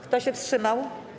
Kto się wstrzymał?